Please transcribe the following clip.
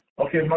Okay